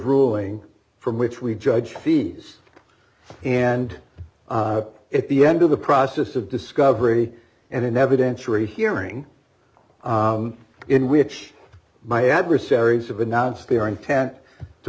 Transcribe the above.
ruling from which we judge fees and at the end of the process of discovery and in evidence rehearing in which my adversaries have announced their intent to